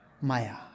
Maya